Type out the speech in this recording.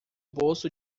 bolso